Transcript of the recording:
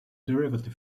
derivative